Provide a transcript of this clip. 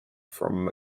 from